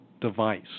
device